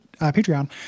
patreon